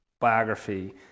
biography